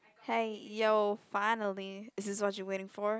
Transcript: hey yo finally is this what you're waiting for